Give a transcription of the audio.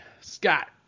Scott